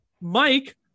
Mike